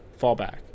fallback